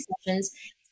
sessions